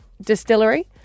distillery